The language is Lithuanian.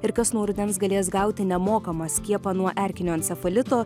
ir kas nuo rudens galės gauti nemokamą skiepą nuo erkinio encefalito